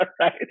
right